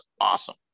awesome